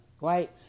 right